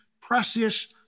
precious